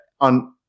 on